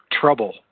trouble